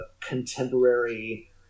contemporary